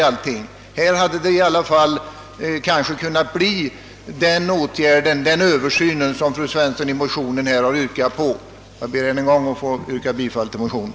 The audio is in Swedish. Ett direkt bifall till motionen skulle kanske få det resultat som fru Svensson önskade, nämligen en översyn av medborgarskapslagstiftningen. Herr talman! Jag ber att även för min del få yrka bifall till motionen.